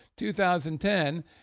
2010